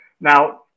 Now